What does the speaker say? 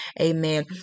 Amen